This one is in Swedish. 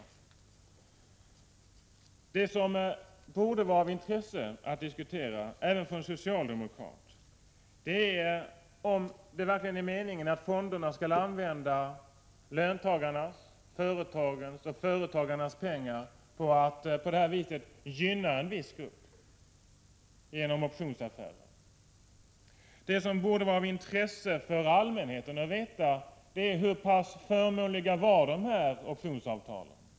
Vad som borde vara av intresse att diskutera även för en socialdemokrat är om det verkligen är meningen att fonderna skall använda löntagarnas, företagens och företagarnas pengar för att på det här viset gynna en viss grupp genom optionsaffärer. Det som borde vara av intresse för allmänheten att få veta är hur pass förmånliga dessa optionsavtal var.